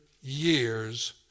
years